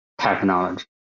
technology